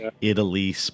Italy